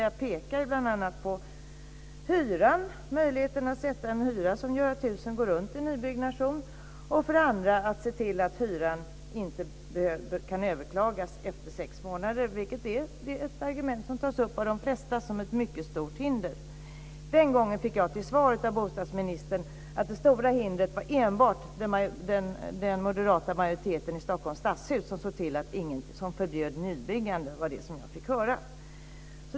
Jag pekade bl.a. på möjligheten att sätta en hyra som gör att husen i nybyggnation går runt och att se till att hyran inte kan överklagas efter sex månader, vilket är ett argument som tas upp av de flesta som ett mycket stort hinder. Den gången fick jag till svar av bostadsministern att det stora hindret enbart var den moderata majoriteten i Stockholms stadshus, som förbjöd nybyggande. Det var vad jag fick höra.